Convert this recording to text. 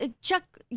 Chuck